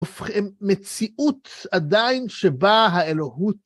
הופכים... מציאות עדיין שבה האלוהות...